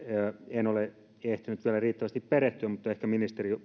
en ole ehtinyt vielä riittävästi perehtyä mutta ehkä ministeri